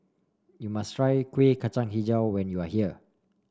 you must try Kuih Kacang hijau when you are here